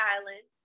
Island